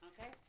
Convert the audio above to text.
Okay